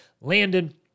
Landon